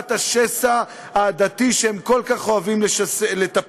למדורת השסע העדתי שהם כל כך אוהבים לטפח.